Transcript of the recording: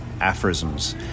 aphorisms